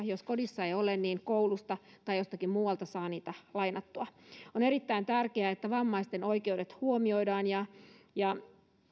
jos kodissa ei ole niin koulusta tai jostakin muualta saa niitä lainattua on erittäin tärkeää että vammaisten oikeudet huomioidaan ja ja